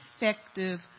effective